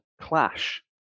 clash